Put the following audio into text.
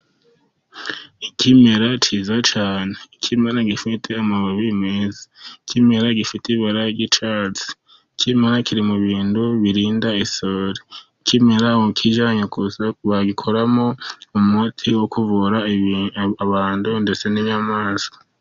Ikimera cyiza cyane, ikimera gifite amababi meza, ikimera gifite ibara ry'icyatsi, ikimera kiri mu bintu birinda isuri. Ikimera ukijyanye ku rusyo bagikoramo umuti wo kuvura abantu ndetse n'inyamaswa.